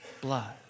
blood